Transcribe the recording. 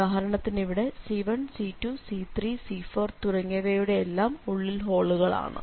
ഉദാഹാരണത്തിന് ഇവിടെ C1C2C3C4 തുടങ്ങിയവയുടെ എല്ലാം ഉള്ളിൽ ഹോളുകളാണ്